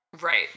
Right